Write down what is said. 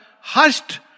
hushed